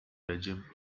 regime